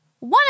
One